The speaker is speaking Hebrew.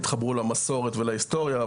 יתחברו למסורת ולהיסטוריה,